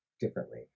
differently